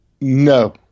No